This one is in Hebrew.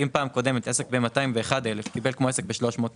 אם בפעם הקודמת עסק ב-201,000 קיבל כמו עסק ב-300,000,